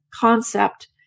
concept